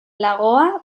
lagoa